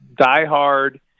diehard